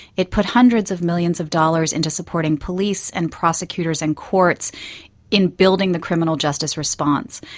it put hundreds of millions of dollars into supporting police and prosecutors and courts in building the criminal justice response.